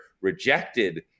rejected